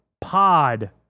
pod